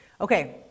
Okay